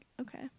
okay